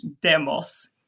demos